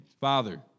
Father